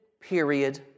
period